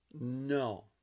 No